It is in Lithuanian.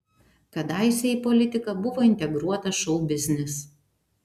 kadaise į politiką buvo integruotas šou biznis